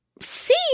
see